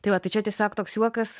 tai va tai čia tiesiog toks juokas